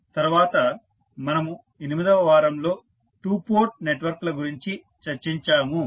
తర్వాత మనము 8వ వారంలో టు పోర్ట్ నెట్వర్క్ ల గురించి చర్చించాము